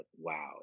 wow